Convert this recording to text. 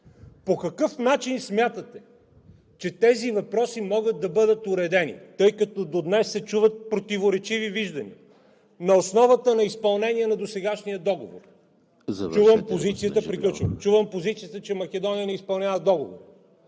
по какъв начин смятате, че тези въпроси могат да бъдат уредени, тъй като до днес се чуват противоречиви виждания? На основата на изпълнение на досегашния договор чувам позицията, че Македония не изпълнява Договора…